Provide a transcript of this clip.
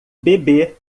bebê